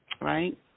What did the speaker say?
right